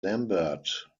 lambert